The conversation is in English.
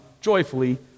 joyfully